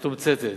מתומצתת,